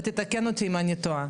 ותקן אותי אם אני טועה,